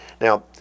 Now